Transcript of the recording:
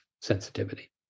sensitivity